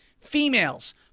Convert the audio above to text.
Females